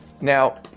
Now